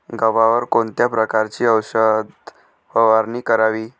गव्हावर कोणत्या प्रकारची औषध फवारणी करावी?